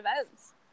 events